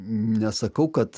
nesakau kad